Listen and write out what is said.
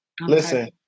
Listen